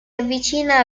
avvicina